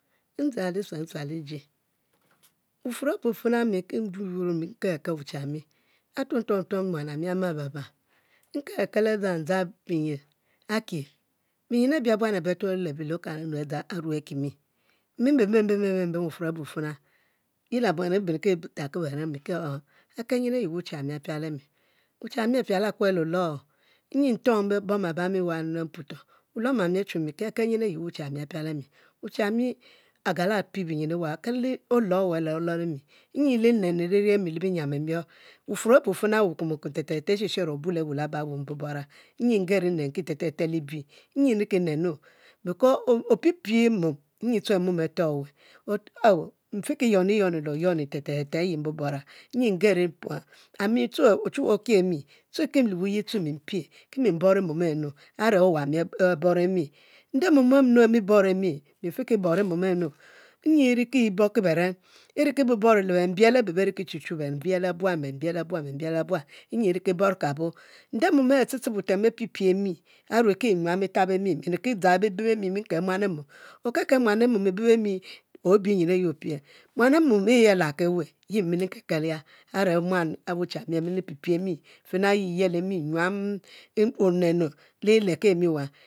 Nsual iji wufuor abu finu musi ntel ke wuchi ami atuomtuom muan ami ama babab, nkel a'dzang dzang binyin akie, binyin abi buan abe betuole le bi le okara a dzang ome akimi, mani ben'be ben fina, ye le buani eben etabo bene mikibekel yin ayi bepiale mi wuchami apiale kue lw olo nyi nto bom abam e'wa le mpuoto, wuluomami uchu, meki akel nyin ayi wuchani apiale mi, wuchami agabelpie binyin ewa akel olo acwa alole mi, nyi lenem li rie mi le binyiam e'mior, wufuor awu fina te le le nshero obuel awo mbora nyi ngen nenki tevte te libi nyi nriki nenu, opie pie mom nyi the mom afiki yuonue, mfiki yuone te te te le ayi nbubura ngeri mkpo and mi tue ochuwue okie mi, tue ki le wuye tue mi mpie ki mboro mo e'nu. a're owami abore mi nde mom e'nu ami bore mi, mi mfiki boro mom e'nu, nyi e'riki bonki bere, lembie awu oriki nde mome ateb teb wutem apipie mi arue ki nyuam e'tab e'mi nzang e'be bemi nkel muan e'mom, okelkel muan emo ibe bemi o'bi nyin ayi ofie, muan e'monyi aluki e'weh, yi mmilikekel ya are muan wuchi ami fina e’ yiyele mi nyuam linenu li lebki emi wa